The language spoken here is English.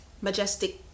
majestic